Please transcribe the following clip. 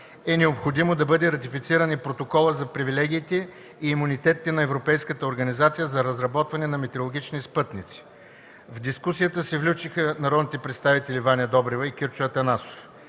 е необходимо да бъде ратифициран и Протоколът за привилегиите и имунитетите на Европейската организация за разработване на метеорологични спътници. В дискусията се включиха народните представители Ваня Добрева и Кирчо Атанасов.